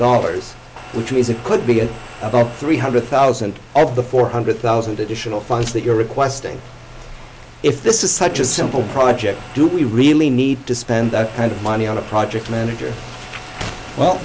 dollars which means it could be about three hundred thousand of the four hundred thousand additional funds that you're requesting if this is such a simple project do we really need to spend that kind of money on a project manager well